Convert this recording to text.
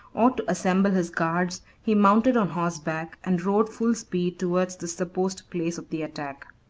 or to assemble his guards, he mounted on horseback, and rode full speed towards the supposed place of the attack.